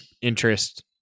interest